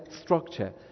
structure